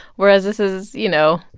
whereas, this is, you know.